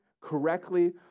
correctly